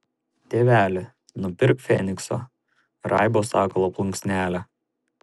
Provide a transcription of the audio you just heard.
tėveli nupirk fenikso raibo sakalo plunksnelę